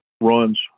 runs